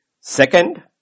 Second